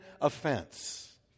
offense